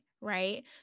right